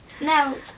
No